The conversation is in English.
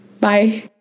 Bye